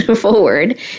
forward